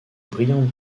brillante